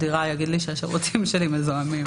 יגיד לי שהשירותים שלי בתוך הדירה מזוהמים.